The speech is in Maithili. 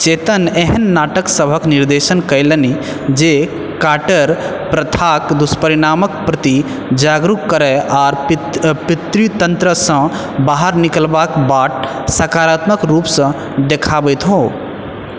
चेतन एहन नाटक सभक निर्देशन कयलनि जे काटर प्रथाक दुष्परिणामक प्रति जागरूक करए आर पितृ पितृतन्त्रसँ बाहर निकलबाक बाट सकारात्मक रूपसँ देखाबैत हो